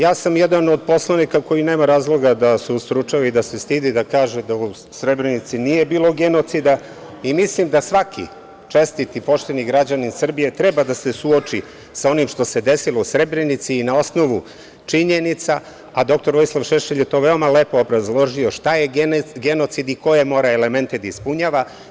Ja sam jedan od poslanika koji nema razloga da se ustručava i da se stidi da kaže u Srebrenici nije bilo genocida i mislim da svaki čestit i pošten građanin Srbije treba da se suoči sa onim što se desilo u Srebrenici i na osnovu činjenica, a dr Vojislav Šešelj je to veoma lepo obrazložio, šta je genocid i koje mora elemente da ispunjava.